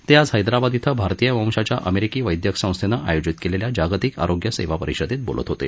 ते आज हैदराबाद श्वें भारतीय वंशाच्या अमेरिकी वैद्यक संस्थेनं आयोजित केलेल्या जागतिक आरोग्य सेवा परिषदेत बोलत होते